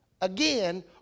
again